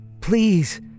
Please